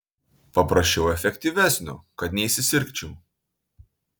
paprašiau efektyvesnio kad neįsisirgčiau